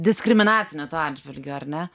diskriminacinio to atžvilgio ar ne